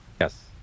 Yes